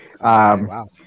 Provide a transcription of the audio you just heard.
wow